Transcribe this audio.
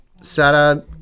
Sarah